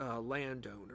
landowner